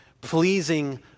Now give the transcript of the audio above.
pleasing